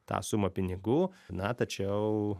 tą sumą pinigų na tačiau